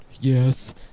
yes